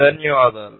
ధన్యవాదాలు